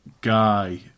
Guy